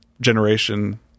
Generation